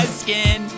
skin